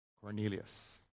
Cornelius